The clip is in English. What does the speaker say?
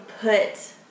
put